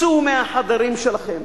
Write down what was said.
צאו מהחדרים שלכם,